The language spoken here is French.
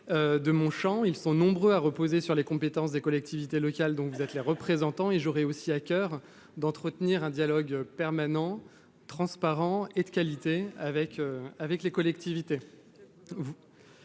de ces sujets reposent sur les compétences des collectivités locales dont vous êtes les représentants. J'aurai aussi à coeur d'entretenir un dialogue permanent, transparent et de qualité avec les collectivités.